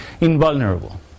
invulnerable